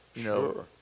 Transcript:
Sure